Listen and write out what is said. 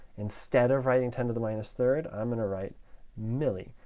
instead of writing ten to the minus third, i'm going to write milli.